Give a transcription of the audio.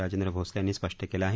राजेंद्र भोसले यांनी स्पष्ट केलं आहे